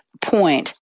point